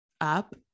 up